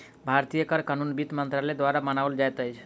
भारतीय कर कानून वित्त मंत्रालय द्वारा बनाओल जाइत अछि